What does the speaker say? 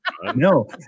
No